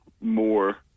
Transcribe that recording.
more